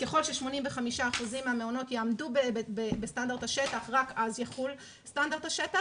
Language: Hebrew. ככל ש-85% מהמעונות יעמדו בסטנדרט השטח רק אז יחול סטנדרט השטח,